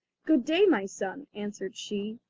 good day, my son answered she,